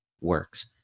works